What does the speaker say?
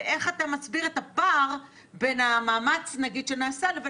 איך אתה מסביר את הפער בין המאמץ שנעשה לבין